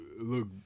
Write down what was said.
look